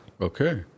Okay